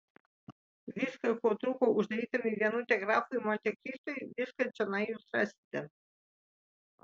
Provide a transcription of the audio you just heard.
viską ko trūko uždarytam į vienutę grafui montekristui viską čionai jūs rasite